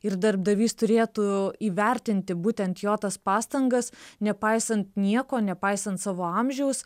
ir darbdavys turėtų įvertinti būtent jo tas pastangas nepaisant nieko nepaisant savo amžiaus